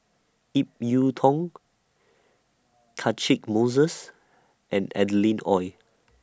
Ip Yiu Tung Catchick Moses and Adeline Ooi